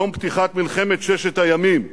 יום פתיחת מלחמת ששת הימים,